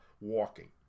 walking